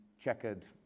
Checkered